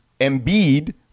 Embiid